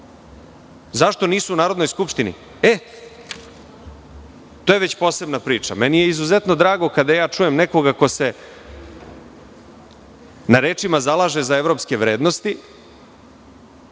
Zašto nisu u Narodnoj skupštini? To je već posebna priča. Izuzetno mi je drago kada čujem nekoga ko se na rečima zalaže za evropske vrednosti,